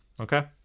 Okay